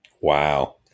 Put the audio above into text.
Wow